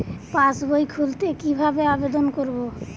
পাসবই খুলতে কি ভাবে আবেদন করব?